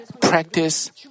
practice